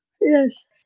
Yes